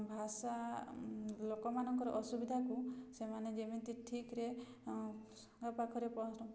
ଭାଷା ଲୋକମାନଙ୍କର ଅସୁବିଧାକୁ ସେମାନେ ଯେମିତି ଠିକ୍ରେ ସାଙ୍ଗ ପାଖରେ